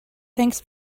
thanks